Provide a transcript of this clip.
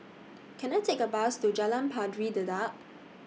Can I Take A Bus to Jalan Pari Dedap